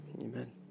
amen